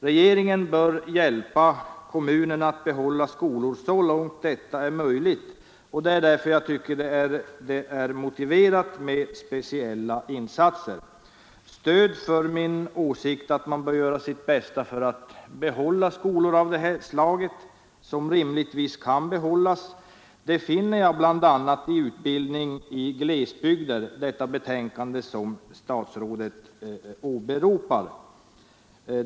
Regeringen bör hjälpa kommunerna att behålla skolor så långt detta är möjligt, och det är därför jag tycker att det är motiverat med speciella insatser. Stöd för min åsikt att man bör göra sitt bästa för att behålla skolor av det här slaget som rimligtvis kan behållas finner jag bl.a. i betänkandet Utbildning i glesbygd, som statsrådet åberopar.